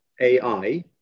AI